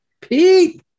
Pete